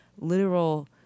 literal